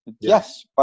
Yes